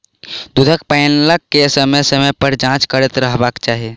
दूधक पाइपलाइन के समय समय पर जाँच करैत रहबाक चाही